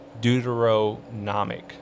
Deuteronomic